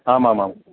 आमामाम्